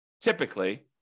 typically